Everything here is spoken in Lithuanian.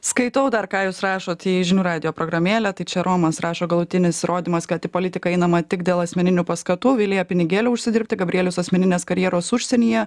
skaitau dar ką jūs rašot į žinių radijo programėlę tai čia romas rašo galutinis įrodymas kad į politiką einama tik dėl asmeninių paskatų vilija pinigėlių užsidirbti gabrielius asmeninės karjeros užsienyje